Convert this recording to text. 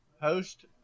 host